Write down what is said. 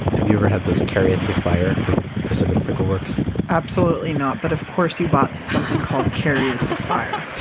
have you ever had those carriots of fire from pacific pickle works? absolutely not, but of course you bought something called carriots of fire